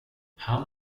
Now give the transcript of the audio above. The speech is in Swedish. han